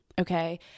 okay